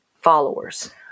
followers